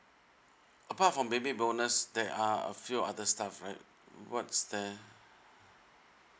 apart from baby bonus there are a few other stuff right what's that